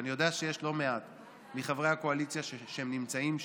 ואני יודע שיש לא מעט מחברי הקואליציה שנמצאים שם,